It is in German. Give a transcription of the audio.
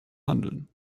handeln